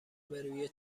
بروی